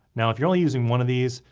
now if you're only using one of these,